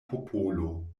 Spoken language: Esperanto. popolo